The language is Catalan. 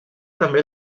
també